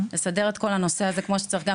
לסדר את הנושא הזה כמו שצריך.